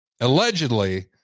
allegedly